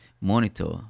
monitor